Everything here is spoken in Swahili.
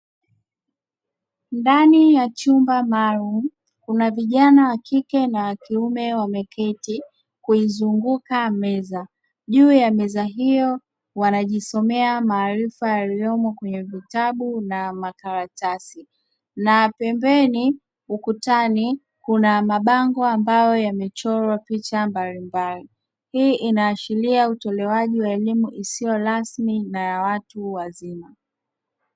Ndani ya chumba maalumu kuna vijana wa kike na kiume wameketi kuizunguka meza, juu ya meza hiyo wanajisomea maarifa yaliyomo kwenye vitabu na makaratasi na pembeni ukutani kuna mabango ambayo yamechorwa picha mbalimbali ,hii inaashiria utolewaji wa elimu isiyo rasmi na ya watu wazima